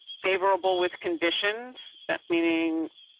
favorable with conditions that meaning.